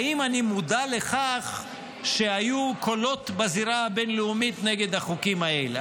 האם אני מודע לכך שהיו קולות בזירה הבין-לאומית נגד החוקים האלה.